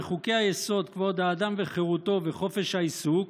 בחוק-יסוד: כבוד האדם וחירותו ובחוק-יסוד: חופש העיסוק,